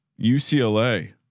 UCLA